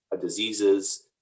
diseases